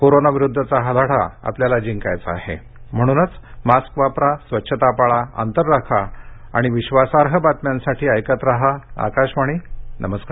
corona विरुद्धचा हा लढा आपल्याला जिंकायचा आहे म्हणूनच मास्क वापरा स्वच्छता पाळा अंतर राखा आणि विश्वासार्ह बातम्यांसाठी ऐकत रहा आकाशवाणी नमस्कार